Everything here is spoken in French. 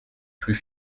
plus